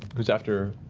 who's after